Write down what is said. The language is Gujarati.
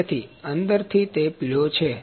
તેથી તે અંદરથી પીળો છે